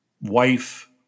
wife